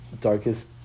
darkest